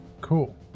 Cool